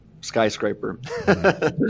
skyscraper